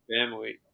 family